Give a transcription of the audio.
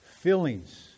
feelings